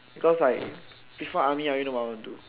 because like before army I already know what I want to do